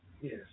Yes